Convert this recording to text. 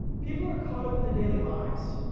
people are caught up in their daily lives.